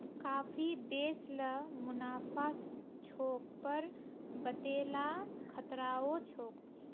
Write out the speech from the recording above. काफी बेच ल मुनाफा छोक पर वतेला खतराओ छोक